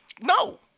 No